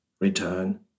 return